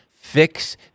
fix